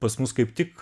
pas mus kaip tik